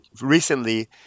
recently